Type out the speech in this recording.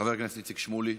חבר הכנסת איציק שמולי,